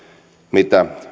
mitä